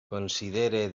considere